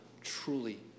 truly